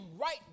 right